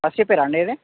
first repair అండి ఇది